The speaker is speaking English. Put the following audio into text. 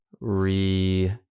re